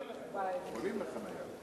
נתקבלה.